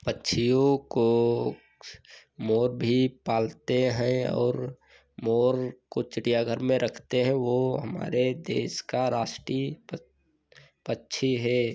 पक्षियों को मोर भी पालते हैं और मोर को चिड़ियाघर में रखते हैं वह हमारे देश का राष्ट्रीय पक पक्षी है